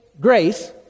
grace